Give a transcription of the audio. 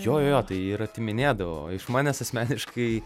jo jo jo tai ir atiminėdavo iš manęs asmeniškai